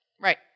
Right